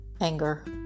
anger